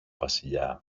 βασιλιά